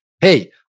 hey